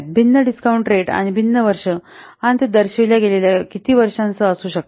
भिन्न discount rate आणि भिन्न वर्षे आणि ते दर्शविल्या गेलेल्या किती वर्षांसह असू शकतात